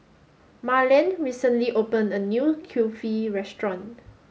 Marland recently opened a new Kulfi restaurant